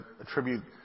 attribute